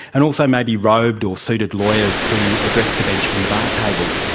and also maybe robed or suited lawyers who address the bench from the bar table.